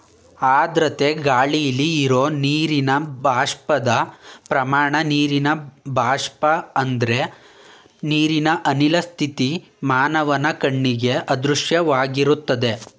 ಆರ್ದ್ರತೆ ಗಾಳಿಲಿ ಇರೋ ನೀರಿನ ಬಾಷ್ಪದ ಪ್ರಮಾಣ ನೀರಿನ ಬಾಷ್ಪ ಅಂದ್ರೆ ನೀರಿನ ಅನಿಲ ಸ್ಥಿತಿ ಮಾನವನ ಕಣ್ಣಿಗೆ ಅದೃಶ್ಯವಾಗಿರ್ತದೆ